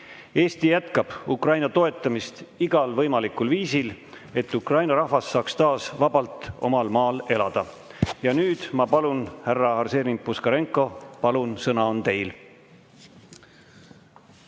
Eesti jätkab Ukraina toetamist igal võimalikul viisil, et Ukraina rahvas saaks omal maal taas vabalt elada. Ja nüüd ma palun, härra Arseni Puškarenko, sõna on teil!